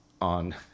on